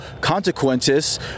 consequences